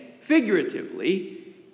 figuratively